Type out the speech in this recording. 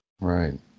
Right